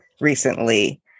recently